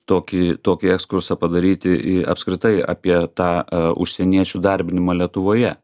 tokį tokį ekskursą padaryti į apskritai apie tą užsieniečių darbinimą lietuvoje